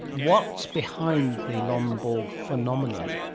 what's behind the lomborg phenomenon?